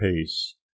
pace